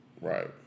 Right